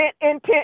intent